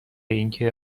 اینکه